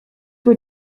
were